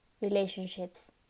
relationships